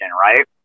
right